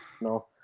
no